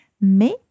Mais